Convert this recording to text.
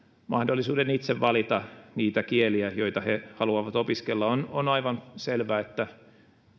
mahdollisuuden itse valita niitä kieliä joita he haluavat opiskella on on aivan selvää että